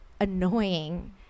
annoying